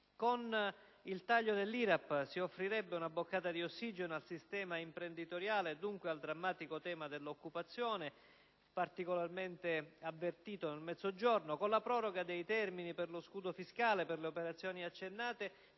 Con il taglio dell'IRAP si offrirebbe una boccata di ossigeno al sistema imprenditoriale e dunque al drammatico tema dell'occupazione, particolarmente avvertito nel Mezzogiorno. Con la proroga dei termini per lo scudo fiscale per le operazioni accennate